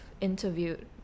interviewed